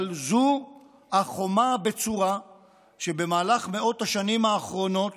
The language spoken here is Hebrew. אבל זו החומה הבצורה שבמהלך מאות השנים האחרונות